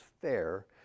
fair